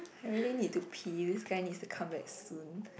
I really need to pee guys need to come back soon